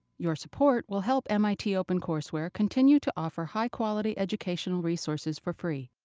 your support will help mit opencourseware continue to offer high quality educational resources for free.